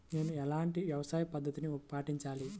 నేను ఎలాంటి వ్యవసాయ పద్ధతిని పాటించాలి?